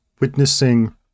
witnessing